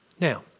Now